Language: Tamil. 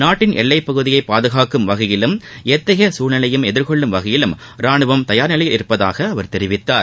நாட்டின் எல்லைப்பகுதியை பாதுகாக்கும் வகையிலும் எத்தகைய குழ்நிலையையும் எதிர்கொள்ளும் வகையிலும் ராணுவம் தயார்நிலையில் இருப்பதாக அவர் தெரிவித்தார்